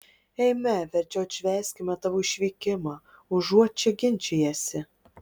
eime verčiau atšvęskime tavo išvykimą užuot čia ginčijęsi